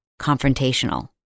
confrontational